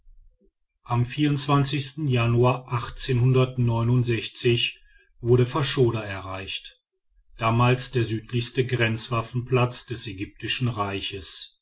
am januar wurde faschoda erreicht damals der südlichste grenzwaffenplatz des ägyptischen reiches